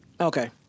Okay